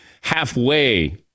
halfway